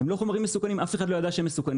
הם לא חומרים מסוכנים, אף אחד לא ידע שהם מסוכנים.